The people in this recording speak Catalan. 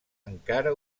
encara